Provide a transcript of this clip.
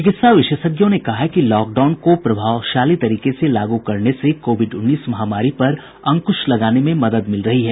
चिकित्सा विशेषज्ञों ने कहा है कि लॉकडाउन को प्रभावशाली तरीके से लागू करने से कोविड उन्नीस महामारी पर अंकुश लगाने में मदद मिल रही है